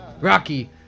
Rocky